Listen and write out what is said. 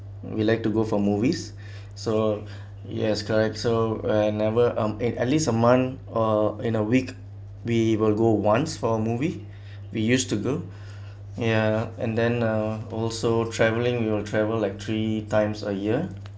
we like to go for movies so yes correct so I never I'm at at least a month uh in a week we will go once for movie we used to go ya and then uh also traveling we will travel like three times a year